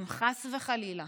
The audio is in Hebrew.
אם חס וחלילה